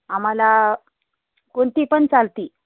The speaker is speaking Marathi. आम्हाला कोणती पण चालते